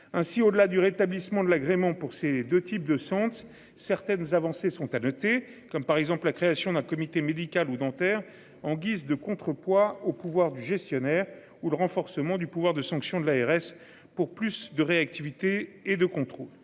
ainsi au-delà du rétablissement de l'agrément pour ces 2 types de santé certaines avancées sont à noter comme par exemple la création d'un comité médical ou dentaire en guise de contrepoids au pouvoir du gestionnaire ou le renforcement du pouvoir de sanction de l'ARS pour plus de réactivité et de contrôle.